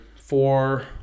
four